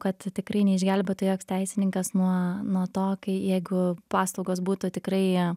kad tikrai neišgelbėtų joks teisininkas nuo nuo to kai jeigu paslaugos būtų tikrai